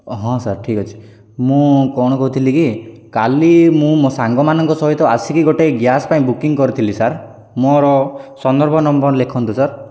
ହଁ ସାର୍ ଠିକ୍ ଅଛି ମୁଁ କ'ଣ କହୁଥିଲି କି କାଲି ମୁଁ ମୋ ସାଙ୍ଗମାନଙ୍କ ସହିତ ଆସିକି ଗୋଟେ ଗ୍ୟାସ୍ ପାଇଁ ବୁକିଂ କରିଥିଲି ସାର୍ ମୋର ସନ୍ଦର୍ଭ ନମ୍ବର ଲେଖନ୍ତୁ ସାର୍